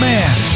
Man